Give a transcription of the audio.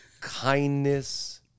kindness